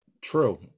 true